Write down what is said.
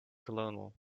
colonel